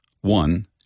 One